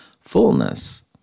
fullness